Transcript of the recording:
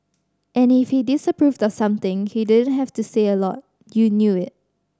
and if he disapproved of something he didn't have to say a lot you knew it